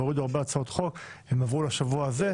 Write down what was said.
הורידו הרבה הצעות חוק, והן עברו לשבוע הזה.